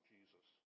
Jesus